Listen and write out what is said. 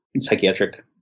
psychiatric